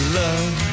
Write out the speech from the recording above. love